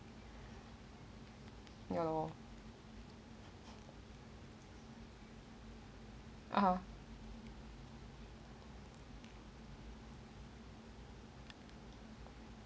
ya lor (uh huh)